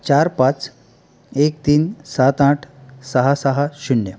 चार पाच एक तीन सात आठ सहा सहा शून्य